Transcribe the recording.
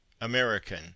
american